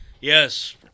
Yes